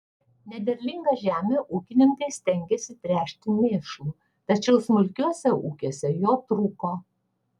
nederlingą žemę ūkininkai stengėsi tręšti mėšlu tačiau smulkiuose ūkiuose jo trūko